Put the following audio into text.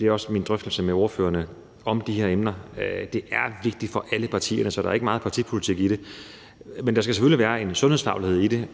hører også ved mine drøftelser med ordførerne om de her emner, at det er vigtigt for alle partier – så der er ikke meget partipolitik i det. Men der skal selvfølgelig være en sundhedsfaglighed i det.